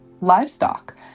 livestock